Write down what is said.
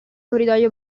corridoio